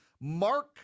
Mark